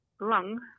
lung